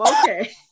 okay